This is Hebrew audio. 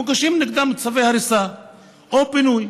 מוגשים נגדם צווי הריסה או פינוי.